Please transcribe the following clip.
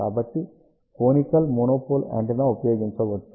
కాబట్టి conical monopole antenna ఉపయోగించవచ్చు